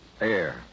Air